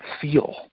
feel